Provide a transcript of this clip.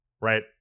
right